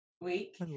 week